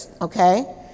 Okay